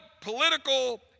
political